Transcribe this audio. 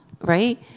right